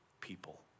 people